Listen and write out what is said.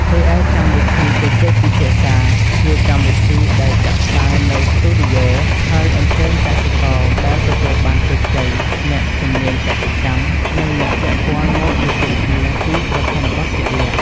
រីឯកម្មវិធីជជែកពិភាក្សា ជាកម្មវិធីដែលចាក់ផ្សាយនៅស្ទូឌីយោ ហើយអញ្ជើញកសិករដែលទទួលបានជោគជ័យ អ្នកជំនាញកសិកម្ម និងអ្នកពាក់ព័ន្ធមកជជែកគ្នាពីប្រធានបទជាក់លាក់។